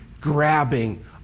grabbing